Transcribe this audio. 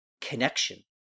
connection